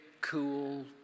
cool